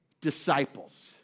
disciples